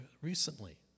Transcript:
recently